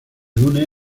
une